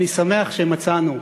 אני שמח שמצאנו,